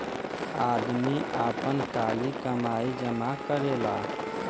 आदमी आपन काली कमाई जमा करेला